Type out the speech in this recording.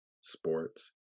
sports